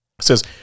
says